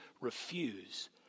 refuse